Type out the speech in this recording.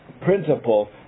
principle